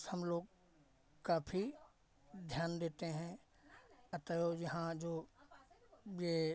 हम लोग काफ़ी ध्यान देते हैं अतएव यहाँ जो ये